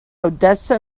odessa